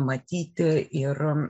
matyti ir